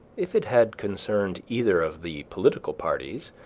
if it had concerned either of the political parties,